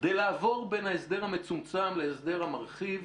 כדי לעבור בין ההסדר המצומצם ולהסדר המרחיב,